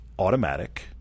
automatic